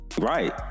Right